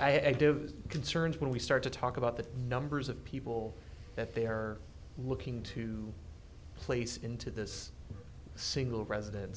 i do those concerns when we start to talk about the numbers of people that they are looking to place into this single residence